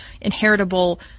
inheritable